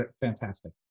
fantastic